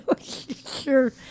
Sure